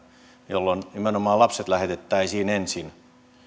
jolloin nimenomaan lapset lähetettäisiin ensin